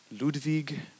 Ludwig